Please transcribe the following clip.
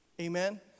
Amen